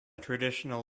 traditional